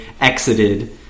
exited